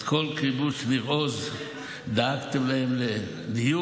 כל קיבוץ ניר עוז ודאגתם להם לדיור.